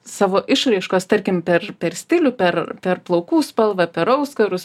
savo išraiškos tarkim per per stilių per per plaukų spalvą per auskarus